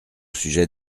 sujet